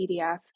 PDFs